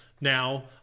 now